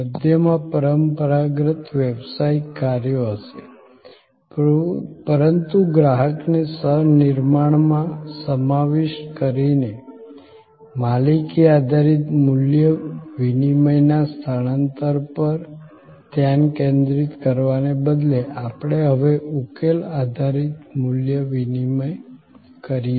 મધ્યમાં પરંપરાગત વ્યવસાયિક કાર્યો હશે પરંતુ ગ્રાહકને સહ નિર્માણમાં સમાવિષ્ટ કરીને માલિકી આધારિત મૂલ્ય વિનિમયના સ્થાનાંતરણ પર ધ્યાન કેન્દ્રિત કરવાને બદલે આપણે હવે ઉકેલ આધારિત મૂલ્ય વિનિમય કરીએ છીએ